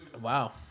Wow